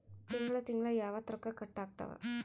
ತಿಂಗಳ ತಿಂಗ್ಳ ಯಾವತ್ತ ರೊಕ್ಕ ಕಟ್ ಆಗ್ತಾವ?